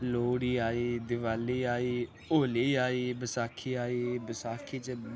लोह्ड़ी आई दिवाली आई होली आई बसाखी आई बसाखी च